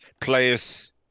players